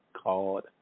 called